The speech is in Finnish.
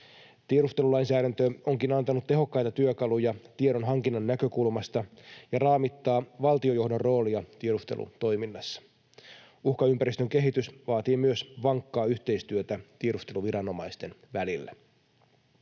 Tiedustelulainsäädäntö onkin antanut tehokkaita työkaluja tiedonhankinnan näkökulmasta ja raamittaa valtionjohdon roolia tiedustelutoiminnassa. Uhkaympäristön kehitys vaatii myös vankkaa yhteistyötä tiedusteluviranomaisten välillä.